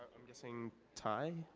i'm guessing thai.